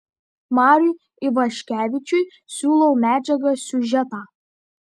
mariui ivaškevičiui siūlau medžiagą siužetą